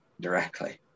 directly